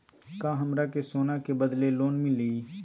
का हमरा के सोना के बदले लोन मिलि?